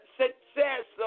success